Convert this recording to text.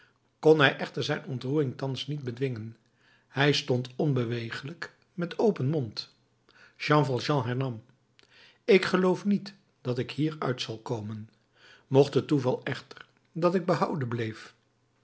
kon hij echter zijn ontroering thans niet bedwingen hij stond onbewegelijk met open mond jean valjean hernam ik geloof niet dat ik hier uit zal komen mocht het toeval echter dat ik behouden bleef